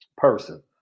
Person